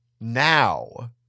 now